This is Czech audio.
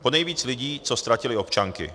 Ponejvíc lidí, co ztratili občanky.